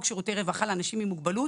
חוק שירותי רווחה לאנשים עם מוגבלות